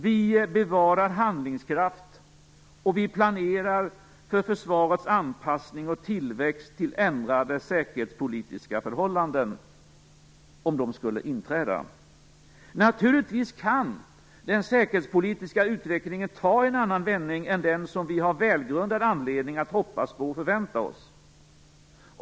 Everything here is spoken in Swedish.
Vi bevarar handlingskraft, och vi planerar för försvarets anpassning och tillväxt till ändrade säkerhetspolitiska förhållanden - om sådana skulle inträda. Naturligtvis kan den säkerhetspolitiska utvecklingen ta en annan vändning än den som vi har välgrundad anledning att hoppas på och förvänta oss.